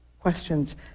questions